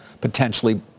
potentially